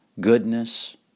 goodness